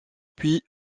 puis